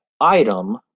item